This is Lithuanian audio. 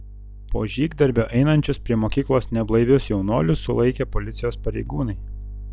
po žygdarbio einančius prie mokyklos neblaivius jaunuolius sulaikė policijos pareigūnai